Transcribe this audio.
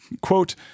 quote